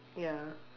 ya